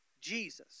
Jesus